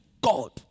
God